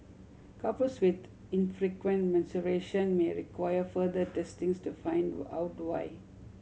couples with infrequent menstruation may require further testings to find out why